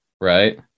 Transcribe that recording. right